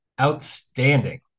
Outstanding